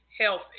health